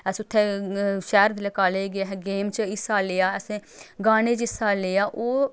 अस उत्थै शैह्र जेल्लै कालेज गे असें गेम च हिस्सा लेआ असें गाने च हिस्सा लेआ ओह्